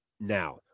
now